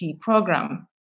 program